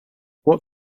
what